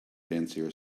fancier